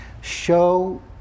show